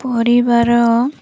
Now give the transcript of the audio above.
ପରିବାର